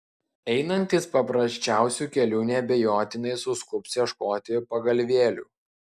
einantys paprasčiausiu keliu neabejotinai suskubs ieškoti pagalvėlių